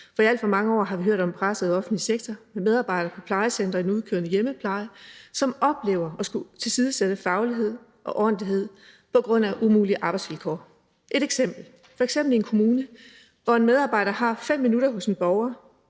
for i alt for mange år har vi hørt om en presset offentlig sektor med medarbejdere på plejecentre og i den udkørende hjemmepleje, som oplever at skulle tilsidesætte faglighed og ordentlighed på grund af umulige arbejdsvilkår. Et eksempel er en kommune, hvor en medarbejder har 5 minutter hos en borger,